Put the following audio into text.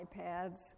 iPads